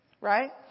right